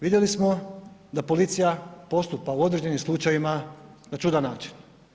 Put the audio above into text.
Vidjeli smo da policija postupa u određenim slučajevima na čudan način.